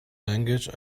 language